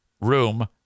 Room